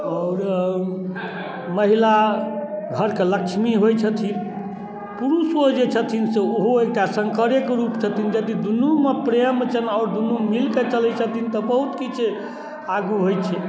आओर महिला घरके लक्ष्मी होइ छथिन पुरुषो जे छथिन से ओहो एकटा शङ्करेके रूप छथिन यदि दुनूमे प्रेम छनि आओर दुनू मिलकऽ चलै छथिन तऽ बहुत किछु आगू होइ छै